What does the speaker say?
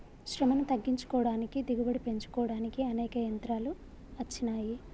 శ్రమను తగ్గించుకోడానికి దిగుబడి పెంచుకోడానికి అనేక యంత్రాలు అచ్చినాయి